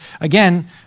again